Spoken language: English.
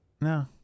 No